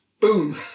Boom